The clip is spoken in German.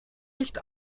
nicht